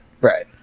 Right